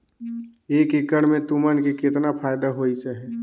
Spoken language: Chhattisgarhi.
एक एकड़ मे तुमन के केतना फायदा होइस अहे